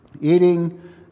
eating